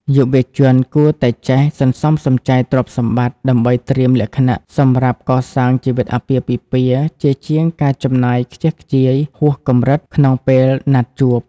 យុវជនគួរតែចេះ "សន្សំសំចៃទ្រព្យសម្បត្តិ" ដើម្បីត្រៀមលក្ខណៈសម្រាប់កសាងជីវិតអាពាហ៍ពិពាហ៍ ជាជាងការចំណាយខ្ជះខ្ជាយហួសកម្រិតក្នុងពេលណាត់ជួប។